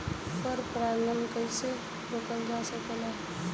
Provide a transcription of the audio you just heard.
पर परागन कइसे रोकल जा सकेला?